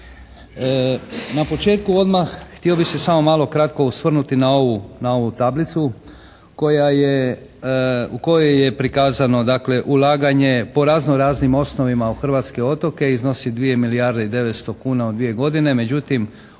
Na početku odmah htio bi se samo malo kratko osvrnuti na ovu tablicu u kojoj je prikazano dakle, ulaganje po razno-raznim osnovima u hrvatske otoke i iznosi 2 milijarde i 900 kuna u dvije godine. Međutim,